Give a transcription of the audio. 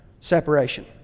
separation